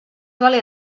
vale